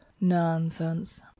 nonsense